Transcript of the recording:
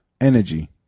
Energy